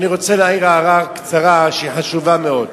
אני רוצה להעיר הערה קצרה שהיא חשובה מאוד.